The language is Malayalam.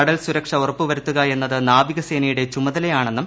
കടൽ സുരക്ഷ ഉറപ്പു വരുത്തുക എന്നത് നാവികസേനയുടെ ചുമതലയാണെന്നും